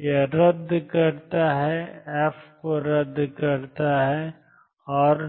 यह रद्द करता है f रद्द करता है और